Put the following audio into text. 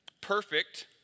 perfect